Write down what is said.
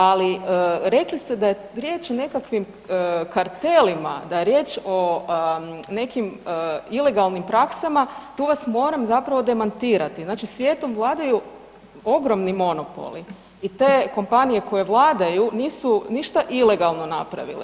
Ali rekli ste da je riječ o nekakvim kartelima, da je riječ o nekim ilegalnim praksama, tu vas moram zapravo demantirati, znači svijetom vladaju ogromni monopoli i te kompanije koje vladaju nisu ništa ilegalno napravile.